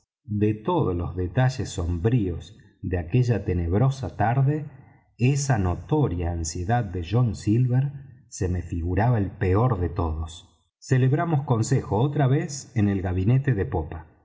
de todos los detalles sombríos de aquella tenebrosa tarde esa notoria ansiedad de john silver se me figuraba el peor de todos celebramos consejo otra vez en el gabinete de popa